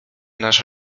nasz